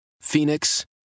Phoenix